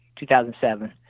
2007